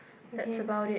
okay